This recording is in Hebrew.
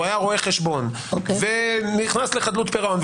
הוא היה רואה חשבון ונכנס לחדלות פירעון,